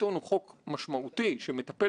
ואני חושב שהוא גדול השופטים בבית המשפט